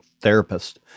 therapist